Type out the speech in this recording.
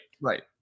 Right